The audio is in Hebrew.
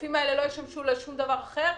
והעודפים האלה לא ישמשו לשום דבר אחר,